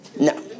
No